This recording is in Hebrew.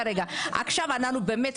עכשיו אנחנו באמת,